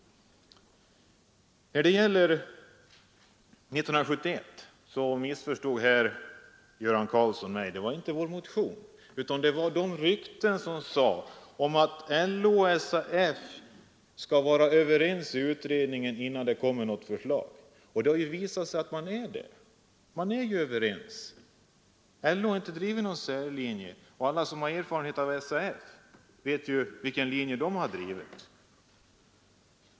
Vad beträffar 1971 missförstod herr Göran Karlsson mig. Det var inte vår motion jag talade om, utan det var ryktena att LO och SAF skulle vara överens i utredningen innan något förslag lades fram. Så har det ju också blivit. Nu är man överens. LO har inte drivit någon särlinje. Och alla som har någon erfarenhet av SAF:s inställning vet ju vilken linje man där har drivit.